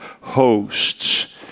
hosts